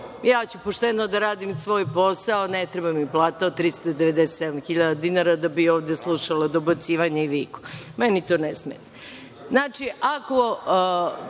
Ja ću pošteno da radim svoj posao, ne treba mi plata od 397.000 dinara da bi ovde slušala dobacivanja i viku. Meni to ne smeta. Znači,